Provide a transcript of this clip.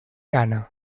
gana